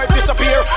Disappear